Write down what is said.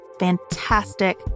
fantastic